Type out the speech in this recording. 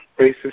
racist